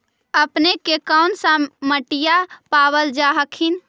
अपने के कौन सा मिट्टीया पाबल जा हखिन?